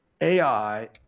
AI